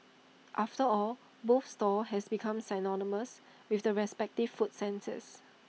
after all both stalls has become synonymous with the respective food senses